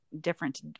different